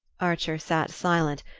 archer sat silent,